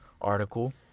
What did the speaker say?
article